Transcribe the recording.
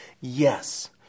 Yes